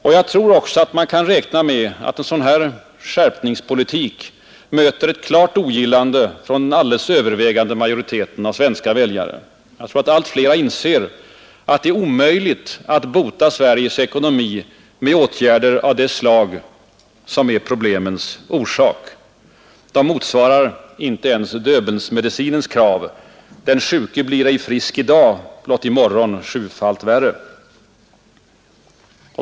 Och jag tror också att man kan räkna med att en sådan här skärpningspolitik möter ett klart ogillande från den alldeles övervägande majoriteten av svenska väljare. Jag tror att allt flera inser att det är omöjligt att bota Sveriges ekonomi med åtgärder av det slag som är problemens orsak. De motsvarar inte ens Döbelnsmedicinens krav. Den sjuke blir ej frisk i dag, blott i morgon sjufalt värre.